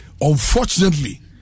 unfortunately